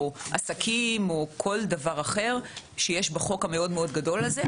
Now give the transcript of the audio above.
עסקים או כל דבר אחר שיש בחוק המאוד גדול הזה,